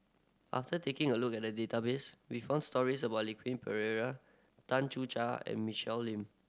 after taking a look at the database we found stories about Pereira Tan Ser Cher and Michelle Lim